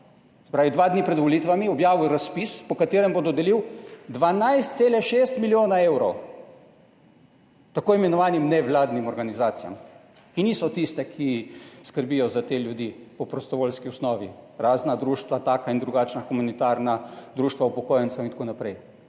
pravi dva dni pred volitvami, objavil razpis, po katerem bo dodelil 12,6 milijona evrov tako imenovanim nevladnim organizacijam, ki niso tiste, ki skrbijo za te ljudi na prostovoljski osnovi, razna društva, taka in drugačna, humanitarna, društva upokojencev in tako naprej,